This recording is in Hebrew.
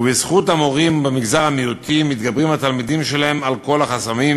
ובזכות המורים במגזר המיעוטים מתגברים התלמידים שלהם על כל החסמים,